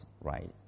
right